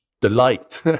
delight